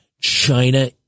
China